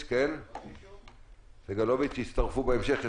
סגלוביץ'; ויצטרפו בהמשך.